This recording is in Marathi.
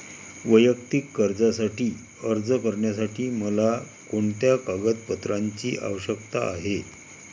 वैयक्तिक कर्जासाठी अर्ज करण्यासाठी मला कोणत्या कागदपत्रांची आवश्यकता आहे?